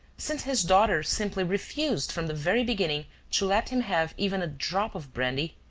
since his daughter simply refused from the very beginning to let him have even a drop of brandy,